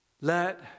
Let